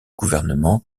gouvernement